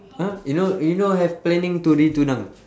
!huh! you no you no have planning to re-tunang